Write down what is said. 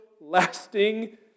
lasting